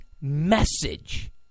message